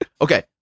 Okay